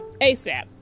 ASAP